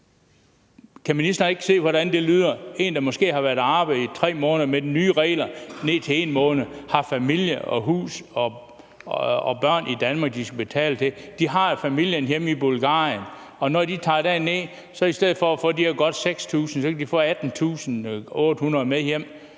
Kan ministeren ikke høre, hvordan det lyder? Han taler om nogen, der måske har været i arbejde i 3 måneder, med de nye regler ned til 1 måned, som har familie og hus og børn i Danmark, de skal betale til. De har jo familien hjemme i Bulgarien, og når de tager derned, kan de i stedet for de her godt 6.000 kr. få 18.800 kr. med hjem